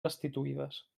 restituïdes